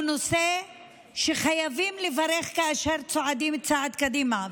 זה נושא שחייבים לברך עליו כאשר צועדים צעד קדימה.